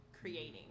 creating